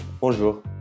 Bonjour